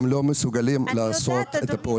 הם לא מסוגלים לעשות את זה.